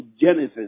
Genesis